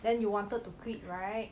then you wanted to quit right